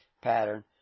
pattern